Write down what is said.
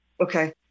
Okay